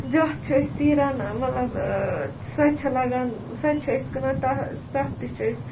جَتھ چھِ أسۍ تیٖرَن مَطلَب سۄ تہِ چھِ لَگان سۄ تہِ چھِ أسۍ کٕنان تَتھ تہٕ چھِ أسۍ